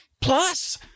Plus